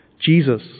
Jesus